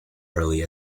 early